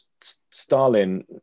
Stalin